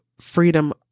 freedom